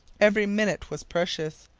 every minute was precious.